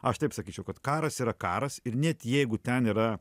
aš taip sakyčiau kad karas yra karas ir net jeigu ten yra